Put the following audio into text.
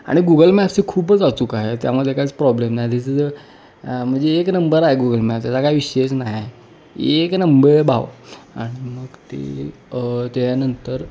आणि गुगल मॅप्सची खूपच अचूक आहे त्यामध्ये कायच प्रॉब्लेम नाही दिसंज म्हणजे एक नंबर आहे गुगल मॅप त्याचा काय विषयच नाय एक नंबर भावा आणि मग ते त्यानंतर